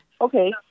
okay